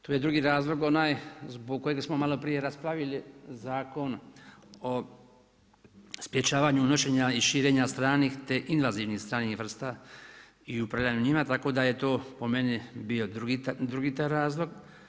To je drugi razlog onaj zbog kojeg smo malo prije raspravili Zakon o sprječavanju unošenja i širenja stranih te invazivnih stranih vrsta i upravljanjem njima, tako da je to po meni bio drugi taj razlog.